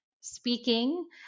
speaking